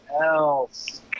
else